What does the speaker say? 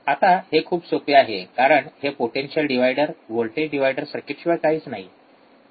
आता हे खूप सोपे आहे कारण हे पोटेन्शिअल डिव्हायडर व्होल्टेज डिव्हायडर सर्किटशिवाय काहीच नाही